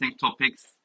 topics